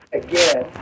again